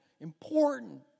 important